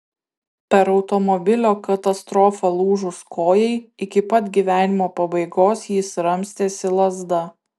per automobilio katastrofą lūžus kojai iki pat gyvenimo pabaigos jis ramstėsi lazda